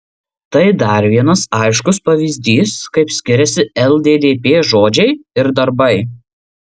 tai dar vienas aiškus pavyzdys kaip skiriasi lddp žodžiai ir darbai